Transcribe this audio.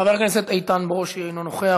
חבר הכנסת איתן ברושי אינו נוכח,